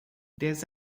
dez